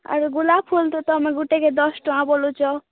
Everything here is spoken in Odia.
ଆରୁ ଗୁଲାପ୍ ଫୁଲ୍ ତ ତମେ ଗୁଟେକେ ଦଶ ଟଆଁ ବୋଲୁଛ